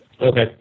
Okay